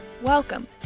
Welcome